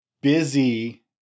Busy